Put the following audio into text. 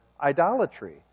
idolatry